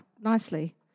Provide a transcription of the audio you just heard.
nicely